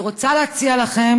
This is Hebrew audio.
אני רוצה להציע לכם,